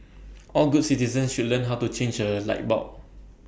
all good citizens should learn how to change A light bulb